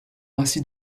ainsi